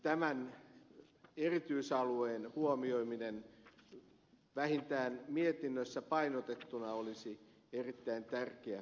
tämän erityisalueen huomioiminen vähintään mietinnössä painotettuna olisi erittäin tärkeä asia